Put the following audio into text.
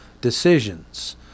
decisions